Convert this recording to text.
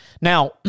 Now